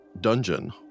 dungeon